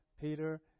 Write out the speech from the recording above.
Peter